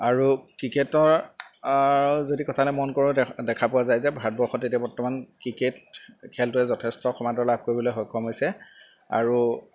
আৰু ক্ৰিকেটৰ যদি কথালৈ মন কৰোঁ দে দেখা পোৱা যায় যে ভাৰতবৰ্ষত এতিয়া বৰ্তমান ক্ৰিকেট খেলটোৱে যথেষ্ট সমাদৰ লাভ কৰিবলৈ সক্ষম হৈছে আৰু